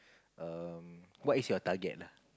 um what is your target lah